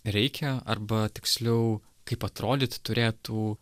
reikia arba tiksliau kaip atrodyt turėtų